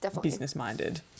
business-minded